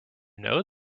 know